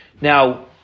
Now